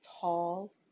tall